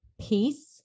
peace